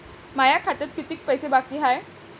माया खात्यात कितीक पैसे बाकी हाय?